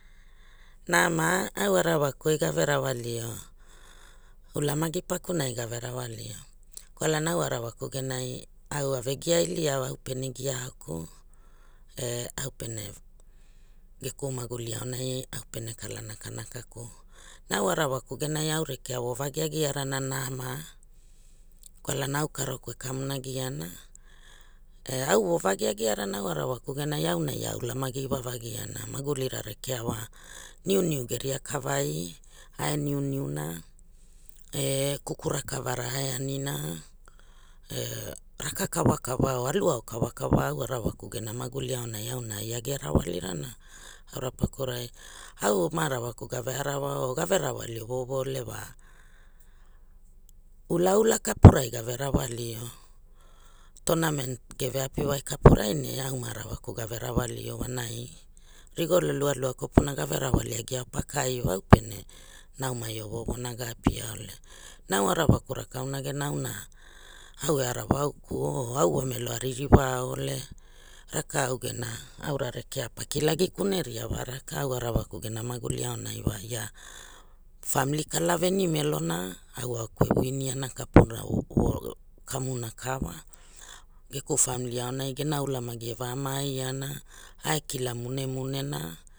Naura au arawaku oi gave rawalio ulamagi pakuna gave rawalio kwalana au arawaku genai au ave gia iligao au gene gia au ku e aupere geku maguliai aorai au pene kala nakanaka ku na au arawaku genai au rekea vo o vagi agiarana nama kwalana au karoku e kamu negiana e au vovagi a giarana au arawaku genai auna ia a ulamagi ewavagiana magulira rekea wa niuniu geria kavai ae niuniu na e kuku rakavara ae anina e raka kawakawa o aluao kawakawa au arawaku gena mahuyli aonai auna ai a gia rawalirana aura pakurai au ma arawaku gave arawa o gave frawali ovo ovo ole wa ula ula kapurai gave rawali tournament geve api wai kapurai ne au ma arawaku gave rawalia wanai rigolo lualua kopuna gave rawali agia pakai wau pene naumai ovo ovo na gave apia ole na au arawaku rakaana gena auna au e arawa aolea o au wa melo a ririwaole rakau gena aura rekea pa kilagi kuneria wa rakau au arawaku gena maguli aonai wa ia famili kalavenimelona au auku e winiana kapuna kamuna ka wa geku famili aunai gena ulamagi eva maiana a kila munemune na